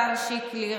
השר שקלי,